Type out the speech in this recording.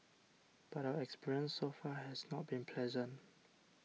but our experience so far has not been pleasant